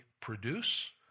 produce